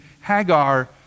Hagar